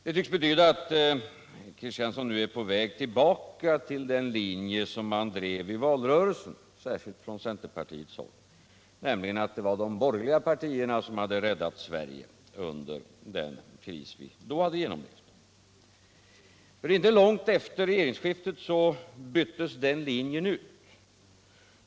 Det tycks betyda att Axel Kristiansson nu är på väg tillbaka till den linje som man drev i valrörelsen, särskilt från centerpartiet, nämligen att de borgerliga partierna hade räddat Sverige under den kris vi då hade genomlevt. Inte långt efter regeringsskiftet byttes den linjen ut.